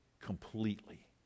completely